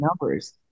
numbers